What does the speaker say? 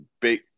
big